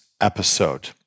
episode